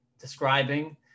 describing